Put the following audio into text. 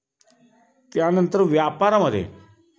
त्यानंतर व्यापारामध्ये